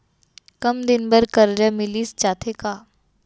कम दिन बर करजा मिलिस जाथे का?